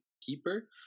keeper